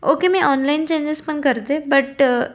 okay मी online changes पण करते बट